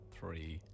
Three